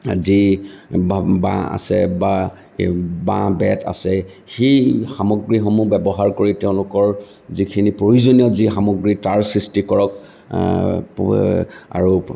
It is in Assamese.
যি বাঁহ আছে বা এই বাঁহ বেত আছে সেই সামগ্ৰীসমূহ ব্যৱহাৰ কৰি তেওঁলোকৰ যিখিনি প্ৰয়োজনীয় সামগ্ৰী তাৰ সৃষ্টি কৰক আৰু